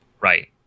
Right